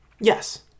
yes